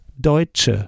Deutsche